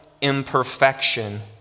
imperfection